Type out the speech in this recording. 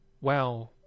Wow